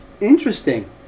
Interesting